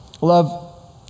Love